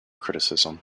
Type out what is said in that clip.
criticism